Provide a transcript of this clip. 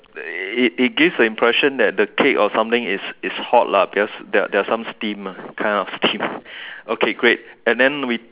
uh it it gives the impression that the cake or something is is hot lah because there's there are some steam ah kind of steam okay great and then we